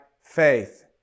faith